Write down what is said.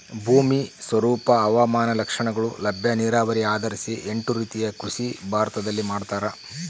ಭೂಮಿ ಸ್ವರೂಪ ಹವಾಮಾನ ಲಕ್ಷಣಗಳು ಲಭ್ಯ ನೀರಾವರಿ ಆಧರಿಸಿ ಎಂಟು ರೀತಿಯ ಕೃಷಿ ಭಾರತದಲ್ಲಿ ಮಾಡ್ತಾರ